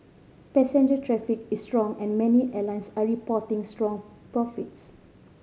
passenger traffic is strong and many airlines are reporting strong profits